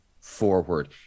forward